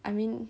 I mean